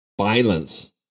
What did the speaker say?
Violence